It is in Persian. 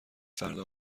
فردا